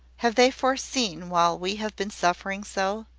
have they foreseen while we have been suffering so?